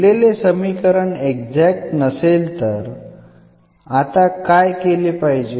दिलेले समीकरण एक्झॅक्ट नसेल तर आता काय केले पाहिजे